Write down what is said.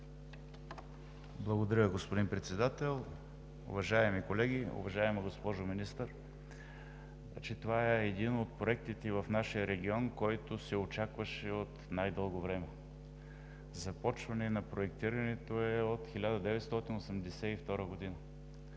Благодаря, господин Председател. Уважаеми колеги! Уважаема госпожо Министър, това е един от проектите в нашия регион, който се очакваше от най-дълго време. Започването на проектирането е от 1982 г.